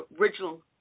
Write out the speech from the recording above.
original